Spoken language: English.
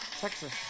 Texas